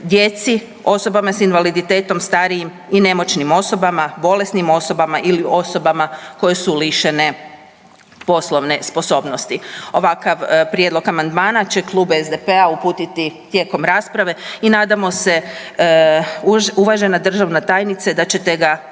djeci, osobama s invaliditetom, starijim i nemoćnim osobama, bolesnim osobama ili osobama koje su lišene poslovne sposobnosti. Ovakav prijedlog amandmana će Klub SDP-a uputiti tijekom rasprave i nadamo se uvažena državna tajnice da ćete ga